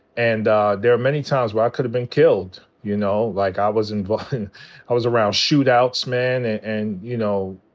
and there are many times where i could have been killed, you know. like, i was and but and i was around shootouts, man. and, and you know,